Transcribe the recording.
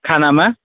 खानामा